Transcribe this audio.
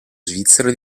svizzero